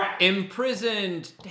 Imprisoned